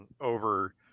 over –